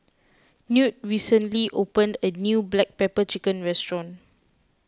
Knute recently opened a new Black Pepper Chicken restaurant